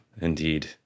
indeed